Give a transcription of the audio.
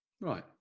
Right